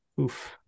Oof